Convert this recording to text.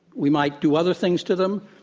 we might do other things to them.